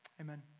amen